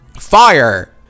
Fire